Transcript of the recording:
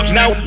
Now